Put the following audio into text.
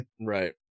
Right